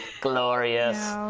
glorious